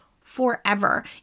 forever